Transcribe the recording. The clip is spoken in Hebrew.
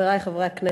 חברי חברי הכנסת,